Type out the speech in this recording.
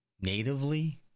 natively